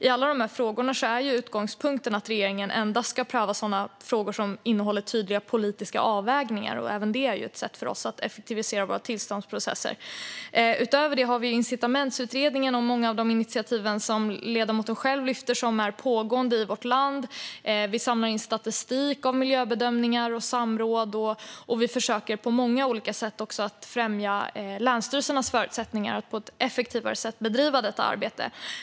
I alla dessa frågor är utgångspunkten att regeringen endast ska pröva sådana som innehåller tydliga politiska avvägningar. Även det är ett sätt för oss att effektivisera våra tillståndsprocesser. Utöver detta har vi Incitamentsutredningen och många av de initiativ som ledamoten själv lyfte upp och som pågår i vårt land. Vi samlar in statistik om miljöbedömningar och samråd, och vi försöker på många olika sätt att främja länsstyrelsernas förutsättningar att på ett effektivare sätt bedriva detta arbete.